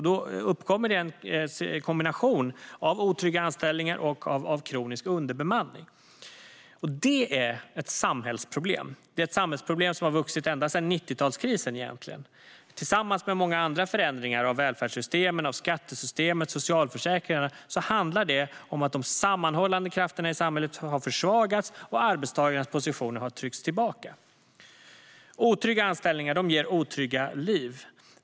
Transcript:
Då uppkommer en kombination av otrygga anställningar och av kronisk underbemanning. Och det är ett samhällsproblem. Det är ett samhällsproblem som egentligen har vuxit fram ända sedan 90-talskrisen. Tillsammans med många andra förändringar av välfärdssystemen, skattesystemet och socialförsäkringarna har de sammanhållande krafterna i samhället försvagats, och arbetstagarnas positioner har tryckts tillbaka. Otrygga anställningar ger otrygga liv.